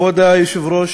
כבוד היושב-ראש,